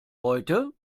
heute